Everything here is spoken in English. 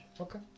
Okay